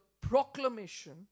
proclamation